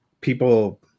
people